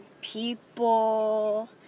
people